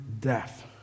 death